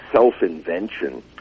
self-invention